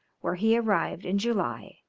where he arrived in july,